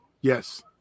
Yes